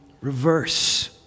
reverse